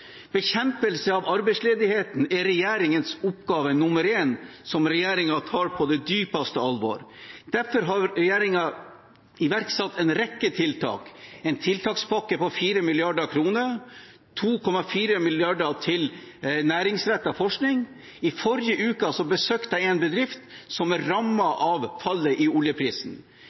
Bekjempelse av arbeidsledigheten er regjeringens oppgave nr. én, som regjeringen tar på det dypeste alvor. Derfor har regjeringen iverksatt en rekke tiltak, som en tiltakspakke på 4 mrd. kr og 2,4 mrd. kr til næringsrettet forskning. I forrige uke besøkte jeg en bedrift som er rammet av fallet i oljeprisen.